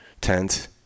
tent